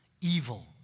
evil